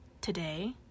today